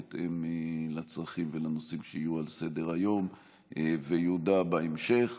בהתאם לצרכים ולנושאים שיהיו על סדר-היום ויודע בהמשך.